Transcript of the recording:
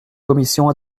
commission